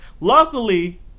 Luckily